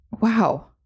Wow